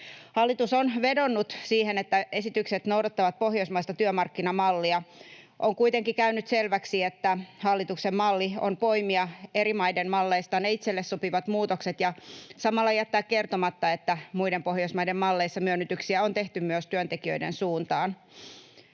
Hallitus on vedonnut siihen, että esitykset noudattavat pohjoismaista työmarkkinamallia. On kuitenkin käynyt selväksi, että hallituksen malli on poimia eri maiden malleista ne itselle sopivat muutokset ja samalla jättää kertomatta, että muiden Pohjoismaiden malleissa myönnytyksiä on tehty myös työntekijöiden suuntaan.